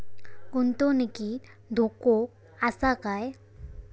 गुंतवणुकीत धोको आसा काय?